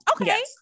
Okay